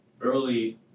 early